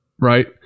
Right